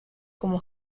como